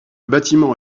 bâtiment